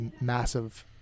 massive